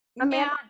Amanda